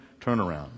turnaround